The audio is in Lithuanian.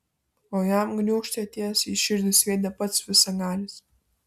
o jam gniūžtę tiesiai į širdį sviedė pats visagalis